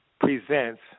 presents